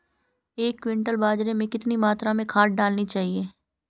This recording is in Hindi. एक क्विंटल बाजरे में कितनी मात्रा में खाद डालनी चाहिए?